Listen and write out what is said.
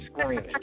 screaming